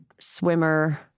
swimmer